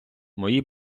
мої